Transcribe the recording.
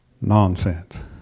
nonsense